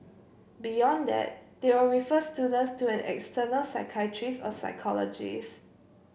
beyond that they will refer students to an external psychiatrist or psychologist